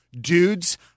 dudes